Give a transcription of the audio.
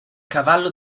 cavallo